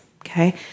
Okay